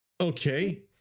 Okay